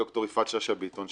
ד"ר יפעת שאשא ביטון,